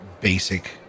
basic